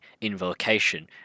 invocation